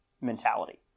mentality